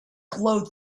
glowed